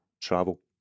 travel